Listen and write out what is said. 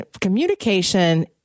communication